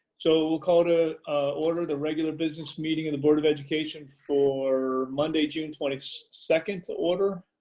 so we'll call to order, the regular business meeting of the board of education for monday, june twenty so second to order.